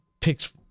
picks